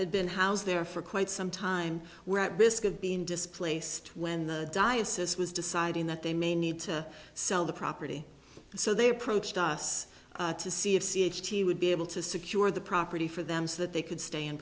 had been housed there for quite some time were at risk of being displaced when the diocese was deciding that they may need to sell the property so they approached us to see if c h t would be able to secure the property for them so that they could stay in